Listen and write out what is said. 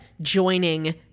joining